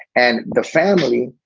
and the family,